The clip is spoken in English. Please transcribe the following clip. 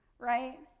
right?